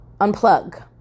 unplug